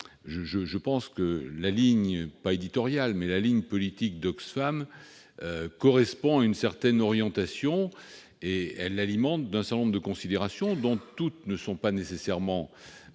CRCE que la ligne non pas éditoriale, mais politique d'Oxfam correspond à une certaine orientation. Elle est alimentée par un certain nombre de considérations, dont toutes ne sont pas nécessairement